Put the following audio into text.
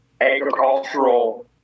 agricultural